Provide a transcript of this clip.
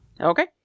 Okay